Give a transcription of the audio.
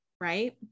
Right